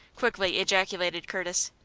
quickly ejaculated curtis.